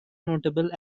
notable